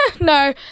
no